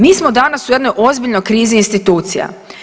Mi smo danas u jednoj ozbiljnoj krizi institucija.